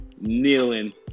kneeling